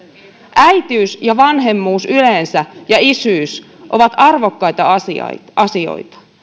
äitiys ja vanhemmuus yleensä ja isyys ovat arvokkaita asioita asioita